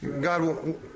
God